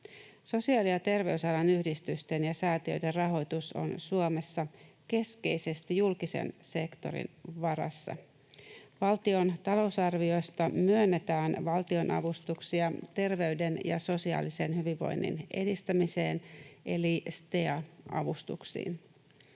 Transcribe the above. Sosiaali- ja terveysalan yhdistysten ja säätiöiden rahoitus on Suomessa keskeisesti julkisen sektorin varassa. Valtion talousarviosta myönnetään valtionavustuksia terveyden ja sosiaalisen hyvinvoinnin edistämiseen eli STEA-avustuksiin.